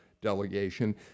delegation